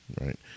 Right